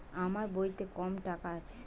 আমার বইতে কত টাকা আছে?